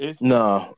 no